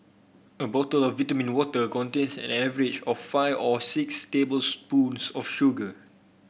a bottle of vitamin water contains an average of five or six tablespoons of sugar